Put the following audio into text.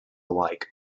alike